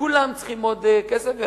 כולם צריכים עוד כסף.